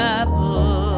apple